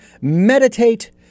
Meditate